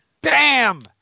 Bam